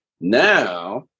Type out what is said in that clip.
now